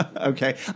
Okay